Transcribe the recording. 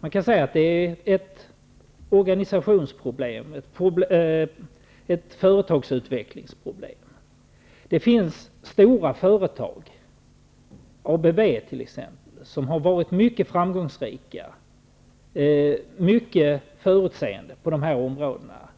Man kan säga att det är ett organisationsproblem, ett företagsutvecklingsproblem. Det finns stora företag -- ABV t.ex. -- som har varit mycket framgångsrika, mycket förutseende på de här områdena